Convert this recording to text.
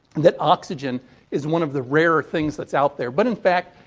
that oxygen is one of the rarer things that's out there. but, in fact,